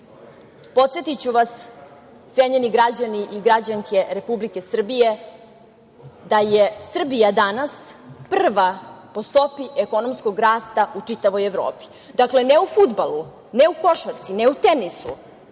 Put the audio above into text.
debakla. Podsetiću vas, cenjeni građani i građanke Republike Srbije da je Srbija danas prva po stopi ekonomskog rasta u čitavoj Evropi, dakle, ne u fudbalu, ne u košarci, ne u tenisu,